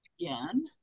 again